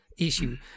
Issue